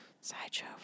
sideshow